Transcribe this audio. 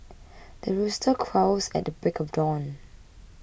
the rooster crows at the break of dawn